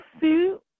suit